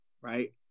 right